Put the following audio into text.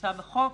שנמצא בחוק,